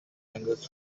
language